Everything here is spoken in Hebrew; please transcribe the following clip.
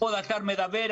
כבוד השר מדבר?